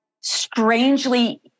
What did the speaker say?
strangely